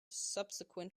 subsequent